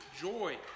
joy